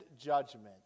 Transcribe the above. judgment